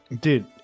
Dude